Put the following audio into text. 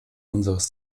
unseres